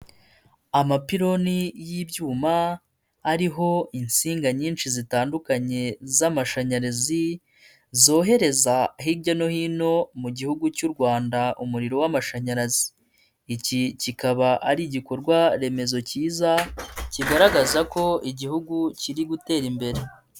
Amapironi y'ibyuma ariho insinga nyinshi zitandukanye z'amashanyarazi zohereza hirya no hino mu gihugu cy'u Rwanda umuriro w'amashanyarazi. Iki kikaba ari igikorwaremezo cyiza kigaragaza ko igihugu kiri gutera imbere.